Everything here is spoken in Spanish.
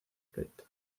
plate